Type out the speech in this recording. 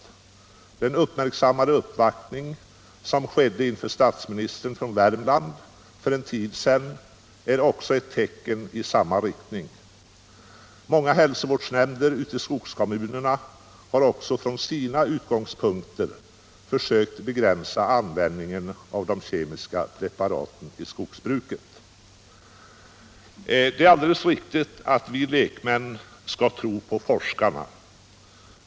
Den uppmärksammade uppvaktning från Värmland som skedde inför statsministern för en tid sedan är ett tecken i samma riktning. Också många hälsovårdsnämnder ute i skogskommunerna har från sina utgångspunkter försökt begränsa användningen av de kemiska preparaten i skogsbruket. Det är alldeles riktigt att vi lekmän skall tro på forskarna.